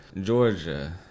Georgia